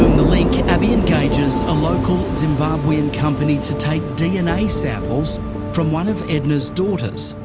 the link, abii engages a local zimbabwean company to take dna samples from one of edna's daughters,